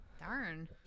Darn